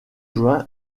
juin